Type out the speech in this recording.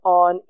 on